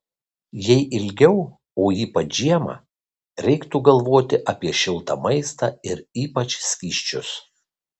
jei ilgiau o ypač žiemą reiktų galvoti apie šiltą maistą ir ypač skysčius